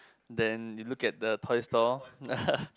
then you look at the toy store